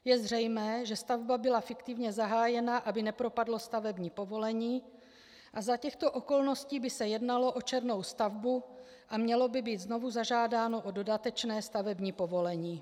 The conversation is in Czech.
Je zřejmé, že stavba byla fiktivně zahájena, aby nepropadlo stavební povolení, a za těchto okolností by se jednalo o černou stavbu a mělo by být znovu zažádáno o dodatečné stavební povolení.